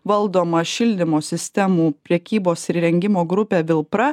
valdoma šildymo sistemų prekybos ir įrengimo grupė vilpra